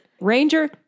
Ranger